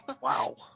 Wow